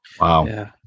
Wow